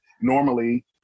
Normally